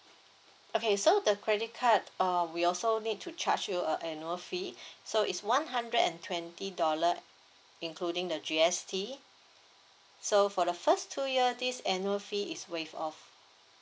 okay so the credit card uh we also need to charge you a annual fee so it's one hundred and twenty dollar including the G_S_T so for the first two years this annual fee is waived off